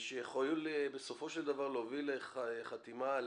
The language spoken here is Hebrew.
שיכול בסופו של דבר לחתימה,